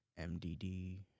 MDD